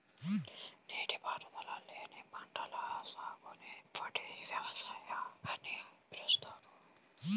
నీటిపారుదల లేని పంటల సాగుని పొడి వ్యవసాయం అని పిలుస్తారు